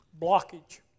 blockage